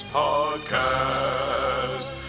podcast